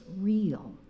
real